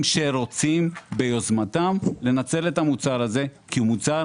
שרוצים ביוזמתם לנצל את המוצר הזה כי הוא טוב.